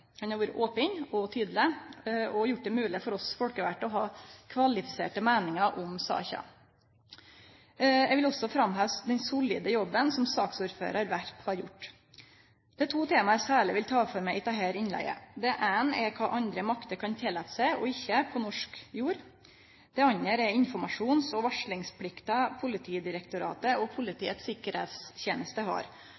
Han har vore open og tydeleg og gjort det mogleg for oss folkevalde å ha kvalifiserte meiningar om saka. Eg vil også framheve den solide jobben som saksordføraren, Werp, har gjort. Det er to tema eg særleg vil ta for meg i dette innlegget. Det eine er kva andre makter kan tillate seg og ikkje på norsk jord. Det andre er informasjons- og varslingsplikta Politidirektoratet og